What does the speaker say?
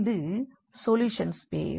இது solution space